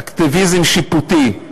אקטיביזם שיפוטי.